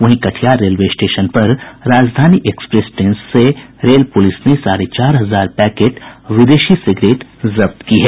वहीं Katihar railway station पर Rajdhani express train से रेल पुलिस ने साढ़े चार हजार पैकेट विदेशी सिगरेट जब्त की है